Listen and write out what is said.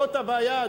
זאת הבעיה,